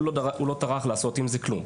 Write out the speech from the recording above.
הוא לא טרח לעשות עם זה כלום.